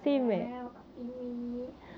!walao! copy me